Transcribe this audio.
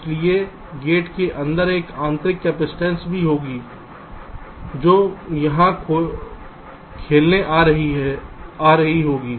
इसलिए गेट के अंदर एक आंतरिक कपसिटंस भी होगी जो यहाँ खेलने में आ रही होगी